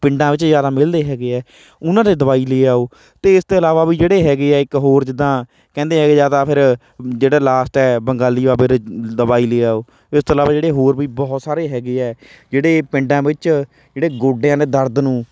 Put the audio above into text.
ਪਿੰਡਾਂ ਵਿੱਚ ਜ਼ਿਆਦਾ ਮਿਲਦੇ ਹੈਗੇ ਆ ਉਹਨਾਂ ਦੇ ਦਵਾਈ ਲੈ ਆਓ ਅਤੇ ਇਸ ਤੋਂ ਇਲਾਵਾ ਵੀ ਜਿਹੜੇ ਹੈਗੇ ਹੈ ਇੱਕ ਹੋਰ ਜਿੱਦਾਂ ਕਹਿੰਦੇ ਹੈਗੇ ਜ਼ਿਆਦਾ ਫਿਰ ਜਿਹੜਾ ਲਾਸਟ ਹੈ ਬੰਗਾਲੀ ਬਾਬੇ ਦੇ ਦਵਾਈ ਲੈ ਆਓ ਵੀ ਇਸ ਤੋਂ ਇਲਾਵਾ ਜਿਹੜੇ ਹੋਰ ਵੀ ਬਹੁਤ ਸਾਰੇ ਹੈਗੇ ਆ ਜਿਹੜੇ ਪਿੰਡਾਂ ਵਿੱਚ ਜਿਹੜੇ ਗੋਡਿਆਂ ਦੇ ਦਰਦ ਨੂੰ